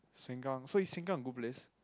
sengkang so is sengkang a good place